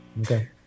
Okay